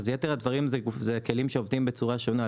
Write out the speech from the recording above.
מדובר בכלים שעובדים בצורה שונה.